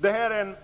Det här är en